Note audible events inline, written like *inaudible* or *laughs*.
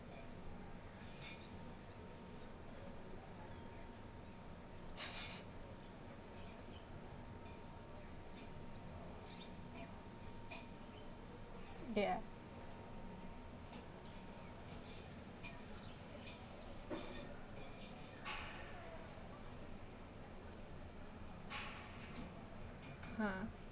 *laughs* ya ah